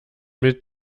mit